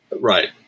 right